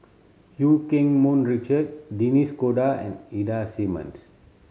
Eu Keng Mun Richard Denis Cotta and Ida Simmons